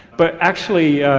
but actually,